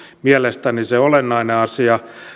mielestäni se olennainen asia